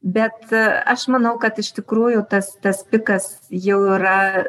bet aš manau kad iš tikrųjų tas tas pikas jau yra